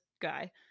guy